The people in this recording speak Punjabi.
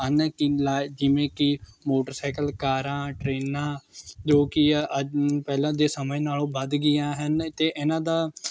ਹਨ ਕਿ ਜਿਵੇਂ ਕਿ ਮੋਟਰਸਾਈਕਲ ਕਾਰਾਂ ਟਰੇਨਾਂ ਜੋ ਕਿ ਅੱ ਪਹਿਲਾਂ ਦੇ ਸਮੇਂ ਨਾਲੋਂ ਵੱਧ ਗਈਆਂ ਹਨ ਅਤੇ ਇਹਨਾਂ ਦਾ